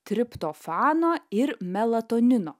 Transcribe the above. triptofano ir melatonino